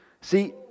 See